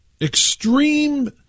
extreme